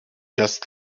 just